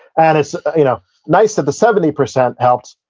and it's you know nice that the seventy percent helped,